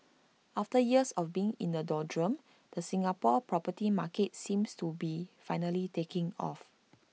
after years of being in the doldrums the Singapore property market seems to be finally taking off